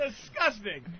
disgusting